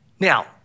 Now